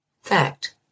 Fact